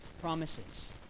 promises